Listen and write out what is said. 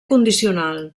condicional